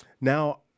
Now